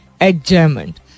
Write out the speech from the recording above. adjournment